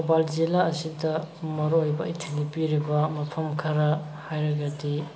ꯊꯧꯕꯥꯜ ꯖꯤꯂꯥ ꯑꯁꯤꯗ ꯃꯔꯨꯑꯣꯏꯕ ꯏꯊꯤꯜ ꯄꯤꯔꯤꯕ ꯃꯐꯝ ꯈꯔ ꯍꯥꯏꯔꯒꯗꯤ